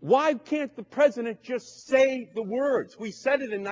why can't the president just say the words we said in